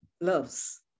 loves